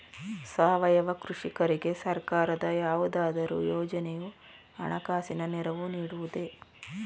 ಸಾವಯವ ಕೃಷಿಕರಿಗೆ ಸರ್ಕಾರದ ಯಾವುದಾದರು ಯೋಜನೆಯು ಹಣಕಾಸಿನ ನೆರವು ನೀಡುವುದೇ?